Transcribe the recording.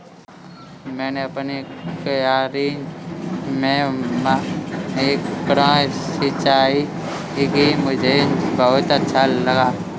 मैंने अपनी क्यारी में माइक्रो सिंचाई की मुझे बहुत अच्छा लगा